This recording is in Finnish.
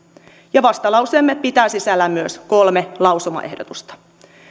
vastalauseemme pitää sisällään myös kolme lausumaehdotusta